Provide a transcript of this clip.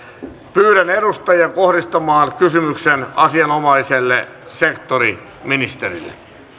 pyydän edustajia kohdistamaan kysymyksen asianomaiselle sektoriministerille